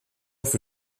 für